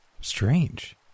strange